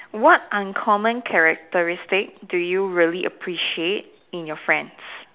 what uncommon characteristic do you really appreciate in your friends